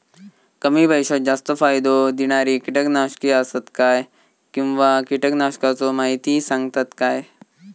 कमी पैशात जास्त फायदो दिणारी किटकनाशके आसत काय किंवा कीटकनाशकाचो माहिती सांगतात काय?